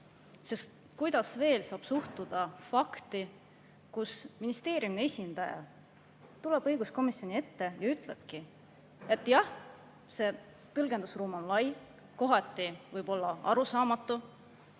[teisiti] saab suhtuda fakti, et ministeeriumi esindaja tuleb õiguskomisjoni ette ja ütleb: "Jah, see tõlgendusruum on lai, kohati võib-olla arusaamatu,